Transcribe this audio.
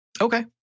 Okay